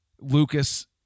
Lucas